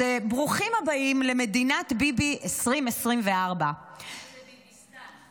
ברוכים הבאים למדינת ביבי 2024. קוראים לזה ביביסטן.